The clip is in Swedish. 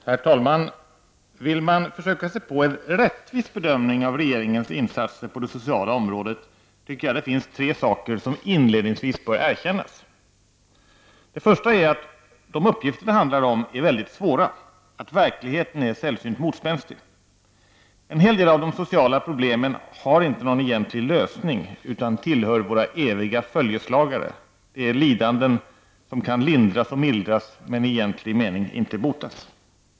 Herr talman! Vill man försöka sig på en rättvis bedömning av regeringens insatser på det sociala området, tycker jag att det finns fler saker som inledningsvis bör erkännas. Den första är att de uppgifter som det handlar om är svåra, att verkligheten är sällsynt motspänstig. En hel del av de sociala problemen har inte någon egentlig lösning utan tillhör våra eviga följeslagare. Det är lidanden som kan lindras och mildras men inte i egentlig mening botas.